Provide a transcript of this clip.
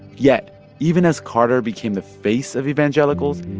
yet even as carter became the face of evangelicals,